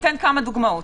אתן כמה דוגמאות.